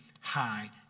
high